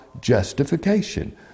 justification